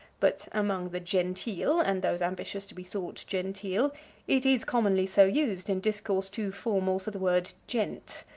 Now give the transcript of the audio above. but among the genteel and those ambitious to be thought genteel it is commonly so used in discourse too formal for the word gent.